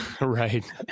Right